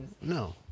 No